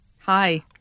hi